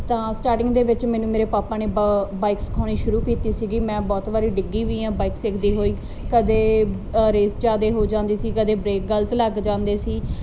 ਤਾਂ ਸਟਾਰਟਿੰਗ ਦੇ ਵਿੱਚ ਮੈਨੂੰ ਮੇਰੇ ਪਾਪਾ ਨੇ ਬ ਬਾਈਕ ਸਿਖਆਉਣੀ ਸ਼ੁਰੂ ਕੀਤੀ ਸੀਗੀ ਮੈਂ ਬਹੁਤ ਵਾਰੀ ਡਿੱਗੀ ਵੀ ਆ ਬਾਈਕ ਸਿੱਖਦੀ ਹੋਈ ਕਦੇ ਰੇਸ ਜਿਆਦੇ ਹੋ ਜਾਂਦੀ ਸੀ ਕਦੇ ਬਰੇਕ ਗਲਤ ਲੱਗ ਜਾਂਦੀ ਸੀ